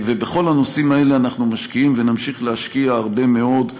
ובכל הנושאים האלה אנחנו משקיעים ונמשיך להשקיע הרבה מאוד,